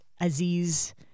Aziz